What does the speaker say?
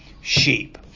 sheep